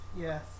Yes